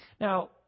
Now